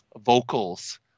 vocals